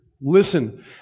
Listen